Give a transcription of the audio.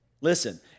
listen